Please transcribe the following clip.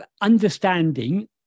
understanding